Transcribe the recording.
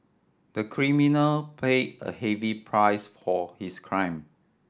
the criminal paid a heavy price his crime